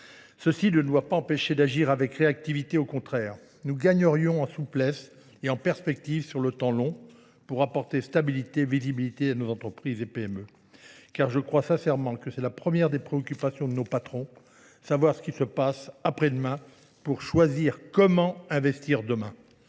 Ceci ne doit pas empêcher d'agir avec réactivité, au contraire. Nous gagnerions en souplesse et en perspective sur le temps long pour apporter stabilité et visibilité à nos entreprises et PME. Car je crois sincèrement que c'est la première des préoccupations de nos patrons, savoir ce qui se passe après demain pour choisir comment investir demain.